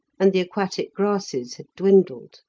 and the aquatic grasses had dwindled.